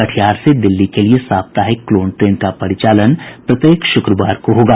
कटिहार से दिल्ली के लिए साप्ताहिक क्लोन ट्रेन का परिचालन प्रत्येक शुक्रवार को होगा